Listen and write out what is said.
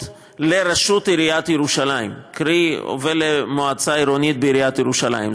לראשות עיריית ירושלים ולמועצה העירונית בעיריית ירושלים.